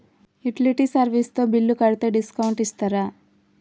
Utility service తో bill కడితే discount ఇస్తరా?